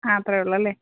ആ അത്രയേ ഉള്ളു അല്ലേ